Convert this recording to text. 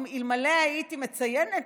אלמלא הייתי מציינת,